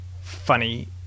funny